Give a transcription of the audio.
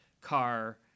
car